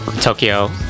Tokyo